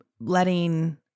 letting